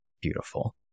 beautiful